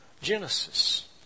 Genesis